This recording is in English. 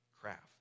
craft